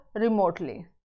remotely